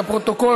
לפרוטוקול,